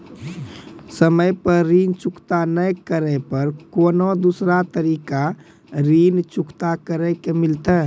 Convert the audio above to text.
समय पर ऋण चुकता नै करे पर कोनो दूसरा तरीका ऋण चुकता करे के मिलतै?